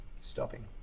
stopping